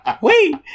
Wait